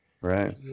Right